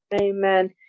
Amen